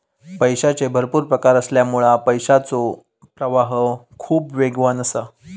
पैशाचे भरपुर प्रकार असल्यामुळा पैशाचो प्रवाह खूप वेगवान असा